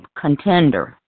Contender